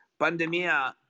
pandemia